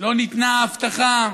לו ניתנה ההבטחה,